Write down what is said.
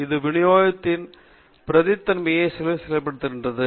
இது விநியோகத்தை பிரதிநிதித்துவம் செய்வதற்காகப் பயன்படுத்தப்படுகிறது